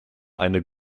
eine